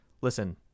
Listen